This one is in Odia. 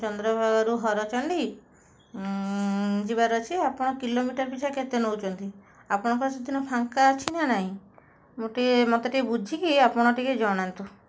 ଚନ୍ଦ୍ରଭାଗାରୁ ହରଚଣ୍ଡୀ ଯିବାର ଅଛି ଆପଣ କିଲୋମିଟର ପିଛା କେତେ ନଉଛନ୍ତି ଆପଣଙ୍କର ସେଦିନ ଫାଙ୍କା ଅଛି ନା ନାହିଁ ମୁଁ ଟିକିଏ ମୋତେ ଟିକିଏ ବୁଝିକି ଆପଣ ଟିକିଏ ଜଣାନ୍ତୁ